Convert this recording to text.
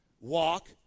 Walk